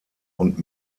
und